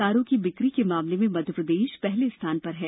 कारों की बिक्री के मामले में मध्यप्रदेश पहले स्थान पर है